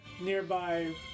nearby